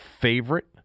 favorite